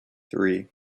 three